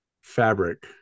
fabric